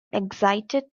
excited